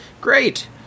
great